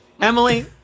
emily